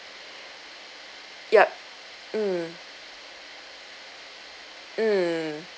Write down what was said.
yup mm mm